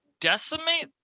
decimate